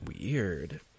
weird